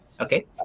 okay